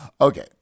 Okay